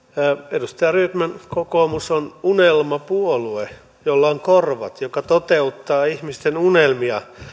edustaja rydman kokoomus on unelmapuolue jolla on korvat joka toteuttaa ihmisten unelmia